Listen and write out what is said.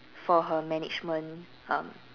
for her management um